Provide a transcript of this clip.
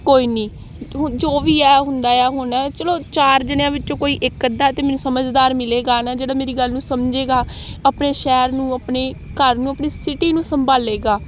ਕੋਈ ਨਹੀਂ ਹੁਣ ਜੋ ਵੀ ਹੈ ਹੁੰਦਾ ਆ ਹੁਣ ਚਲੋ ਚਾਰ ਜਣਿਆਂ ਵਿੱਚੋਂ ਕੋਈ ਇੱਕ ਅੱਧਾ ਤਾਂ ਮੈਨੂੰ ਸਮਝਦਾਰ ਮਿਲੇਗਾ ਨਾ ਜਿਹੜਾ ਮੇਰੀ ਗੱਲ ਨੂੰ ਸਮਝੇਗਾ ਆਪਣੇ ਸ਼ਹਿਰ ਨੂੰ ਆਪਣੇ ਘਰ ਨੂੰ ਆਪਣੀ ਸਿਟੀ ਨੂੰ ਸੰਭਾਲੇਗਾ